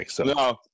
No